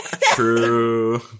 True